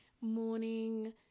morning